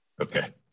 Okay